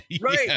Right